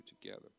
together